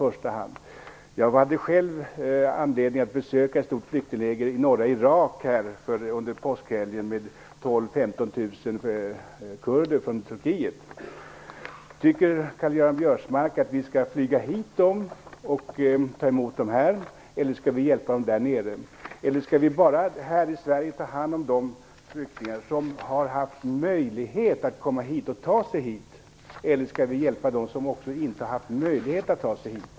Jag hade själv anledning att under påskhelgen besöka ett stort flyktingläger i norra Irak med 12 000 till 15 000 kurder från Turkiet. Tycker Karl-Göran Biörsmark att vi skall flyga hit dem, eller skall vi hjälpa dem där nere? Skall vi här i Sverige bara ta hand om de flyktingar som har haft möjlighet att ta sig hit, eller skall vi hjälpa även dem som inte haft möjlighet att ta sig hit?